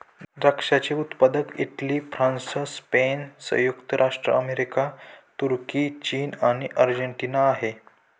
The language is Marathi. द्राक्षाचे उत्पादक इटली, फ्रान्स, स्पेन, संयुक्त राज्य अमेरिका, तुर्की, चीन आणि अर्जेंटिना आहे